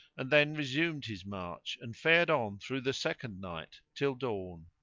and then resumed his march and fared on through the second night till dawn,